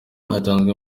hatanzwe